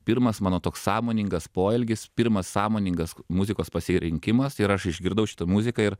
pirmas mano toks sąmoningas poelgis pirmas sąmoningas muzikos pasirinkimas ir aš išgirdau šitą muziką ir